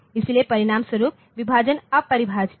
इसलिए परिणामस्वरूप विभाजन अपरिभाषित है